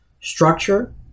Structure